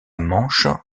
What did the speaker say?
manche